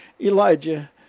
Elijah